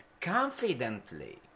confidently